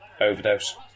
Overdose